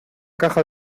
caja